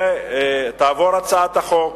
תעבור הצעת החוק,